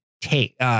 take